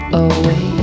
away